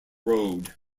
road